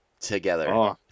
together